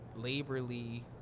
laborly